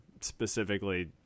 specifically